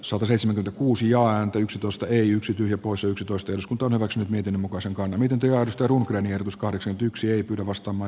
sota seitsemän kuusi ja yksitoista yksi poissa yksitoista jos kotona on se miten muka se on eniten tilaus turuntien ja tuskallisen kypsyy kyllä vastaamaan